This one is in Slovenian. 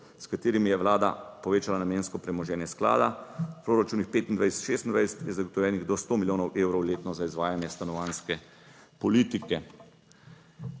s katerimi je Vlada povečala namensko premoženje Sklada. V proračunih 2025, 2026 je zagotovljenih do sto milijonov evrov letno za izvajanje stanovanjske politike.